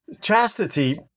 chastity